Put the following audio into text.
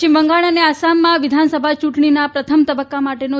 પશ્ચિમ બંગાળ અને આસામમાં વિધાનસભા ચૂંટણીના પ્રથમ તબક્કા માટેનો